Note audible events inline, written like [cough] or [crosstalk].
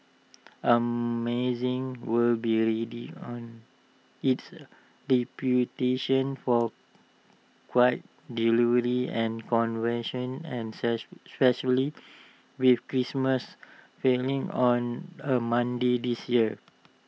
Amazon will [unintelligible] on its reputation for quite delivery and convention and [unintelligible] especially with Christmas failing on A Monday this year